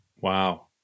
Wow